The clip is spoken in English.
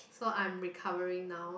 so I'm recovering now